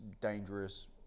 dangerous